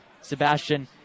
Sebastian